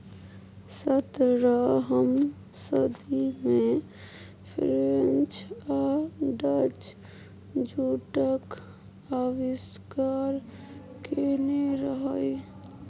सतरहम सदी मे फ्रेंच आ डच जुटक आविष्कार केने रहय